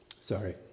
Sorry